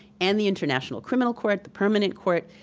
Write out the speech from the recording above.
and the international criminal court, the permanent court,